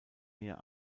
meer